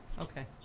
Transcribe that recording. okay